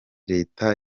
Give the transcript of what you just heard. leta